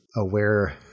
aware